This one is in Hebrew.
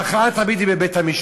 אבל ההכרעה היא תמיד בבית-המשפט.